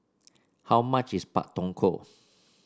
how much is Pak Thong Ko